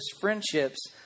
friendships